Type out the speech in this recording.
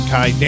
Kai